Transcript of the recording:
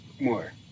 more